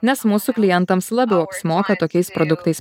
nes mūsų klientams labiau apsimoka tokiais produktais